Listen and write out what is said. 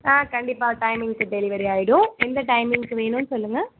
ஆ கண்டிப்பாக டைமிங்க்கு டெலிவரி ஆயிடும் எந்த டைமிங்க்கு வேணுன்னு சொல்லுங்கள்